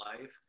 life